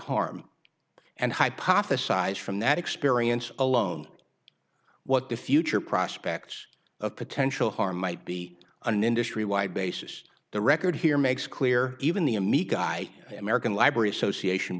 harm and hypothesize from that experience alone what the future prospects of potential harm might be an industry wide basis the record here makes clear even the a meek guy american library association